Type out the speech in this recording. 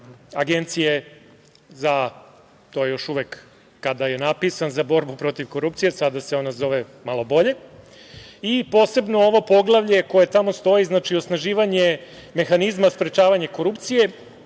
Agencije za, to još uvek kada je napisan, borbu protiv korupcije, sada se ona zove malo bolje, posebno ovo poglavlje koje tamo stoji – osnaživanje mehanizma sprečavanja korupcije,